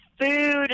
food